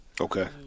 Okay